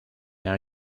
now